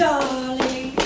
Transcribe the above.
Darling